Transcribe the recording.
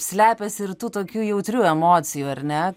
slepiasi ir tų tokių jautrių emocijų ar ne